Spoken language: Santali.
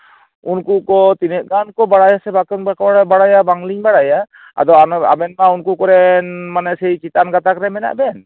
ᱩᱱᱠᱩ ᱠᱚ ᱛᱤᱱᱟᱹᱜ ᱜᱟᱱ ᱠᱚ ᱵᱟᱲᱟᱭᱟ ᱥᱮ ᱵᱟᱠᱚ ᱵᱟᱲᱟᱭᱟ ᱵᱟᱝᱞᱤᱧ ᱵᱟᱲᱟᱭᱟ ᱟᱫᱚ ᱟᱵᱮᱱᱢᱟ ᱩᱱᱠᱩ ᱠᱚᱨᱮᱱ ᱢᱟᱱᱮ ᱥᱮᱭ ᱪᱮᱛᱟᱱ ᱜᱟᱛᱟᱠ ᱨᱮᱱ ᱱᱢᱮᱱᱟᱜ ᱵᱮᱱ